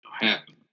happen